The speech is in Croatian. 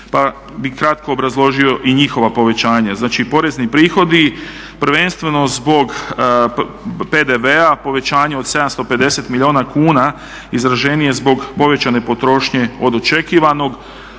Pa bih kratko obrazložio i njihova povećanja. Znači porezni prihodi prvenstveno zbog PDV-a, povećanje od 750 milijuna kuna izraženije zbog povećane potrošnje od očekivanog.